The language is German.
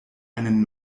einen